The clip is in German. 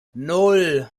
nan